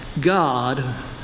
God